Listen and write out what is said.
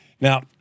Now